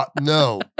No